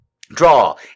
Draw